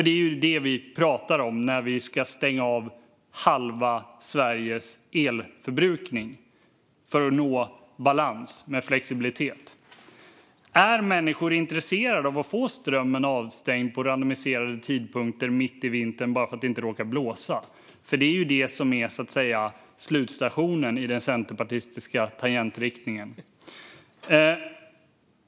Det är ju det vi pratar om när vi ska stänga av halva Sveriges elförbrukning för att nå balans med flexibilitet. Är människor intresserade av att få strömmen avstängd på randomiserade tidpunkter mitt i vintern bara för att det inte råkar blåsa? Det är ju det som är slutstationen, så att säga, i den centerpartistiska tangentriktningen.